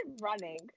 running